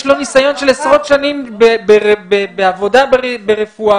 יש לו נסיון של עשרות שנים בעבודה ברפואה,